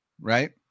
right